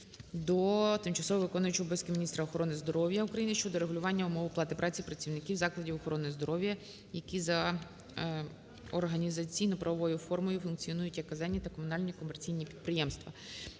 до тимчасово виконуючої обов'язки міністра охорони здоров'я України щодо врегулювання умов оплати праці працівників закладів охорони здоров'я, які за організаційно-правовою формою функціонують як казенні та комунальні некомерційні підприємства.